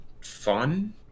fun